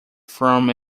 from